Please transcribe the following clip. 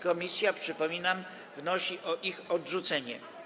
Komisja, przypominam, wnosi o ich odrzucenie.